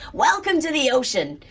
welcome to the ocean,